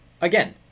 again